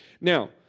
Now